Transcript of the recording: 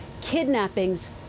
kidnappings